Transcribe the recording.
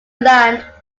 land